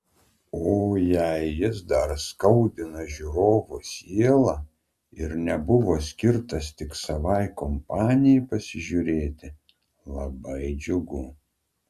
o jei jis dar skaudina žiūrovo sielą ir nebuvo skirtas tik savai kompanijai pasižiūrėti labai džiugu